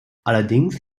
allerdings